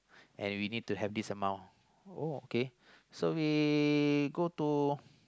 and we need to have this amount uh oh okay so we go to